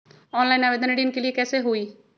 Online आवेदन ऋन के लिए कैसे हुई?